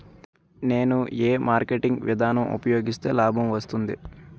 నేను ఏ మార్కెటింగ్ విధానం ఉపయోగిస్తే లాభం వస్తుంది?